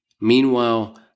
Meanwhile